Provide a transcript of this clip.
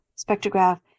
spectrograph